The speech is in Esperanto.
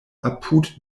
apud